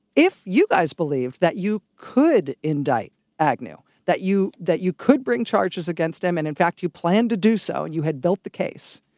if you guys believed that you could indict agnew, that you that you could bring charges against him, and in fact you planned to do so, and you had built the case,